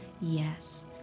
yes